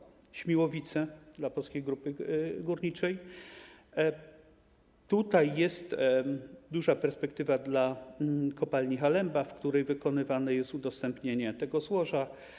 Pierwsza koncesja: Śmiłowice dla Polskiej Grupy Górniczej, tutaj jest duża perspektywa dla kopalni Halemba, w której wykonywane jest udostępnienie tego złoża.